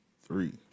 three